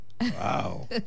Wow